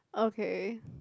okay